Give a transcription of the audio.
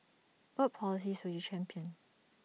what policies will you champion